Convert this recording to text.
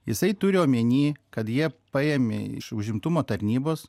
jisai turi omeny kad jie paėmė iš užimtumo tarnybos